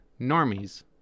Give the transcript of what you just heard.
normies